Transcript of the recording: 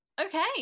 okay